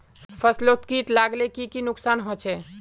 फसलोत किट लगाले की की नुकसान होचए?